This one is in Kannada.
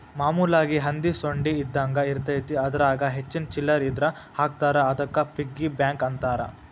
ಮಾಮೂಲಾಗಿ ಹಂದಿ ಸೊಂಡಿ ಇದ್ದಂಗ ಇರತೈತಿ ಅದರಾಗ ಹೆಚ್ಚಿಗಿ ಚಿಲ್ಲರ್ ಇದ್ರ ಹಾಕ್ತಾರಾ ಅದಕ್ಕ ಪಿಗ್ಗಿ ಬ್ಯಾಂಕ್ ಅಂತಾರ